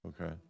Okay